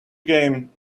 game